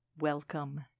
Welcome